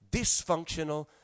dysfunctional